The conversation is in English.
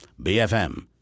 BFM